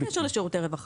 לא, בלי קשר לשירותי רווחה.